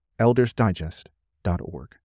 eldersdigest.org